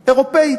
אירופית: